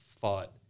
fought